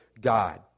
God